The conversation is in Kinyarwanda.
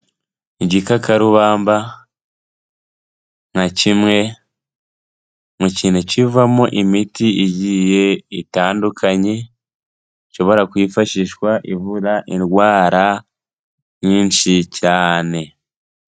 Igikakarubamba nka kimwe mu kintu kivamo imiti igiye itandukanye ishobora kwifashishwa ivu indwara nyinshi cyane.